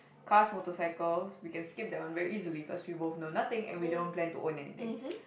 cars motorcycles we can skip that one very easily cause we both know nothing and we don't plan to own anything